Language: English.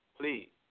Please